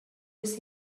with